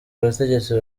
bategetsi